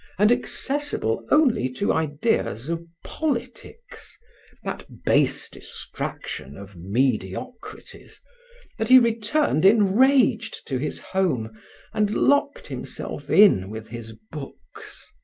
and accessible only to ideas of politics that base distraction of mediocrities that he returned enraged to his home and locked himself in with his books.